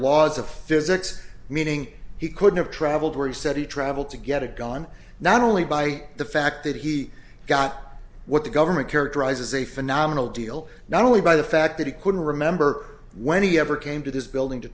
physics meaning he could have traveled where he said he traveled to get a gun not only by the fact that he got what the government characterized as a phenomenal deal not only by the fact that he couldn't remember when he ever came to this building to